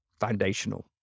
foundational